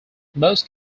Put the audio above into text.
most